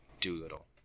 Doolittle